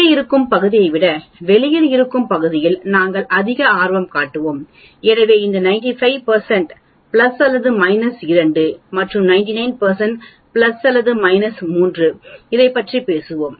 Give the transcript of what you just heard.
உள்ளே இருக்கும் பகுதியை விட வெளியில் இருக்கும் பகுதியில் நாங்கள் அதிக ஆர்வம் காட்டுவோம் எனவே இந்த 95 பிளஸ் அல்லது மைனஸ் 2 மற்றும் 99 ஸ்பிளஸ் அல்லது மைனஸ் 3 இதைப் பற்றி பேசுவோம்